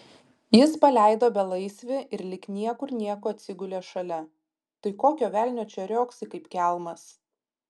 jis paleido belaisvį ir lyg niekur nieko atsigulė šalia tai kokio velnio čia riogsai kaip kelmas